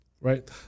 right